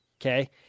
Okay